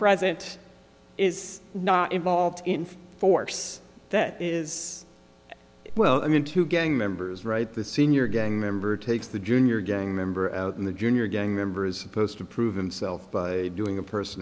present is not involved in force that is well i mean to gang members right the senior gang member takes the junior gang member in the junior gang members post to prove himself by doing a person